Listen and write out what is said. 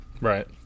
Right